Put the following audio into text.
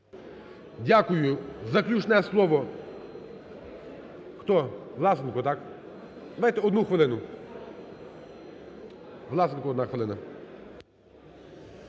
Дякую. Заключне слово, хто? Власенко, так? Давайте одну хвилину. Власенко, одна хвилина.